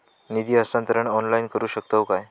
निधी हस्तांतरण ऑनलाइन करू शकतव काय?